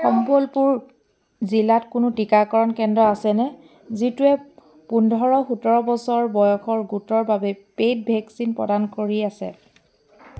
সম্বলপুৰ জিলাত কোনো টীকাকৰণ কেন্দ্ৰ আছেনে যিটোৱে পোন্ধৰ সোতৰ বছৰ বয়সৰ গোটৰ বাবে পে'ইড ভেকচিন প্ৰদান কৰি আছে